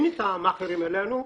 שמעביר את המאכער אלינו,